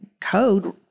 code